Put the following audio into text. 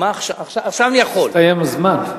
עכשיו אני יכול, הסתיים הזמן.